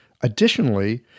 Additionally